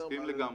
מסכים לגמרי.